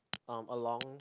um along